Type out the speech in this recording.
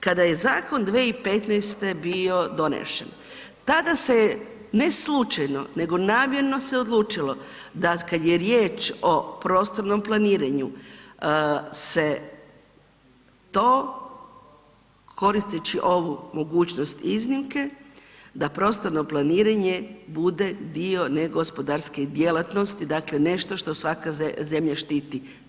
Kada je zakon 2015. bio donesen tada se je, ne slučajno, nego namjerno se odlučilo da kad je riječ o prostornom planiranju se to koristeći ovu mogućnost iznimke, da prostorno planiranje bude dio negospodarske djelatnosti, dakle nešto što svaka zemlja štiti.